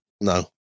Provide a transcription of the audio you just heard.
no